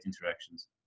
interactions